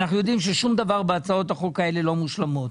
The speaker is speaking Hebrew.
אנחנו יודעים ששום דבר בהצעות החוק האלה לא מושלמות.